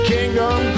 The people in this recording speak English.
Kingdom